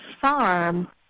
farm